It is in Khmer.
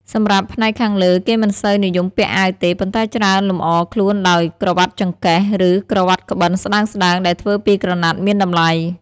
សម្រាប់ផ្នែកខាងលើ គេមិនសូវនិយមពាក់អាវទេ ប៉ុន្តែច្រើនលម្អខ្លួនដោយ ក្រវាត់ចង្កេះ ឬក្រវាត់ក្បិនស្តើងៗដែលធ្វើពីក្រណាត់មានតម្លៃ។